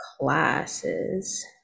classes